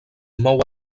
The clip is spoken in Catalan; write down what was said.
mou